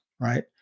right